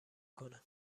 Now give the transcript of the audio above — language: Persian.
کنه